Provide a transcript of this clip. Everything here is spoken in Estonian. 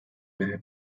mehe